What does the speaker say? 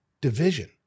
division